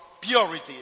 purity